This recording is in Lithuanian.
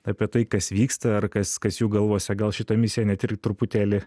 apie tai kas vyksta ar kas kas jų galvose gal šitą misiją net ir truputėlį